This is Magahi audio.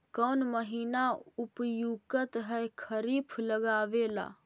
कौन महीना उपयुकत है खरिफ लगावे ला?